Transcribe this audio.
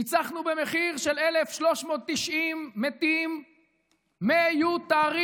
ניצחנו במחיר של 1,390 מתים מיותרים.